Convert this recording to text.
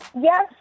yes